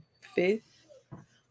fifth